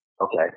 Okay